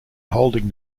holding